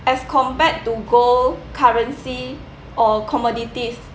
as compared to go currency or commodities